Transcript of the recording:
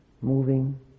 moving